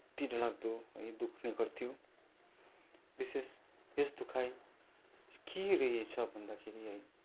यति डरलाग्दो है दुख्ने गर्थ्यो विशेष यस दुखाइ के रहेछ भन्दाखेरि है